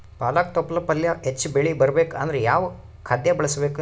ಪಾಲಕ ತೊಪಲ ಪಲ್ಯ ಹೆಚ್ಚ ಬೆಳಿ ಬರಬೇಕು ಅಂದರ ಯಾವ ಖಾದ್ಯ ಬಳಸಬೇಕು?